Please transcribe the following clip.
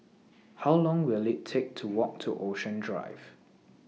How Long Will IT Take to Walk to Ocean Drive